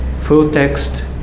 full-text